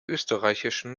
österreichischen